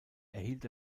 erhielt